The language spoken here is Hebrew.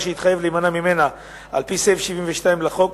שהתחייב להימנע ממנה על-פי סעיף 72 לחוק,